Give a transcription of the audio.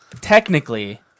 Technically